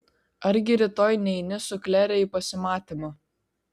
argi rytoj neini su klere į pasimatymą